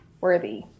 worthy